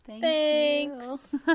thanks